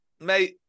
mate